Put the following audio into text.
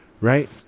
Right